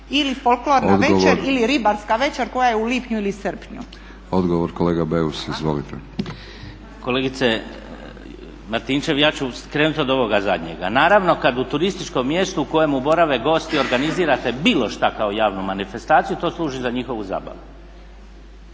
Ili folklorna večer ili ribarska večer koja je u lipnju ili srpnju. **Batinić, Milorad (HNS)** Odgovor, kolega Beus izvolite. **Beus Richembergh, Goran (HNS)** Kolegice Martinčev, ja ću krenuti od ovoga zadnjega. Naravno kad u turističkom mjestu u kojemu borave gosti organizirate bilo šta kao javnu manifestaciju to služi za njihovu zabavu.